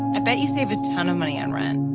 i bet you save a ton of money on rent